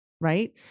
right